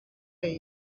pay